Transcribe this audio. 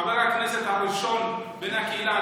חבר הכנסת הראשון בן הקהילה,